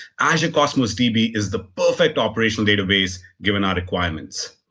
azure cosmos db is the perfect operational database given our requirements.